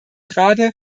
gerade